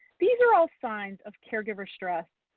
these are all signs of caregiver stress.